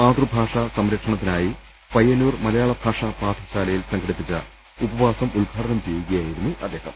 മാതൃഭാഷാ സംരക്ഷണ ത്തിനായി പയ്യന്നൂർ മലയാളഭാഷാ പാഠശാലയിൽ സംഘടിപ്പിച്ച ഉപവാസം ഉദ്ഘാടനം ചെയ്യുകയായിരുന്നു അദ്ദേഹം